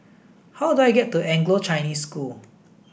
how do I get to Anglo Chinese School